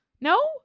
no